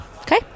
Okay